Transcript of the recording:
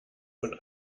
von